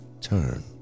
turn